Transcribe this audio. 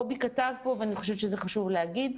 קובי כתב פה ואני חושבת שזה חשוב להגיד.